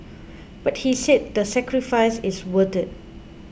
but he said the sacrifice is worth it